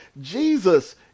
Jesus